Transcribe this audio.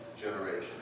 generation